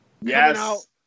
Yes